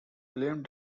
claimed